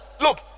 Look